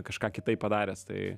kažką kitaip padaręs tai